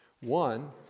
one